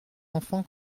enfant